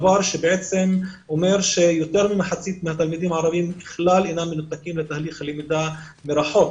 דבר שאומר שיותר ממחצית התלמידים הערבים מנותקים לתהליך הלמידה מרחוק,